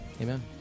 Amen